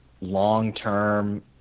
long-term